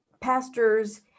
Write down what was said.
pastors